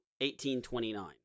1829